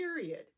period